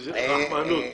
איזו רחמנות.